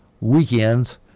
weekends